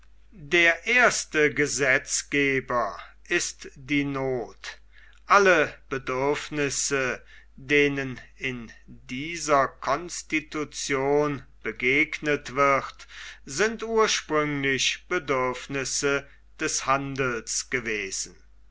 der erste gesetzgeber ist die noth alle bedürfnisse denen in dieser constitution begegnet wird sind ursprünglich bedürfnisse des handels gewesen